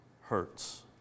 hurts